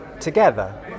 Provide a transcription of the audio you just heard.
together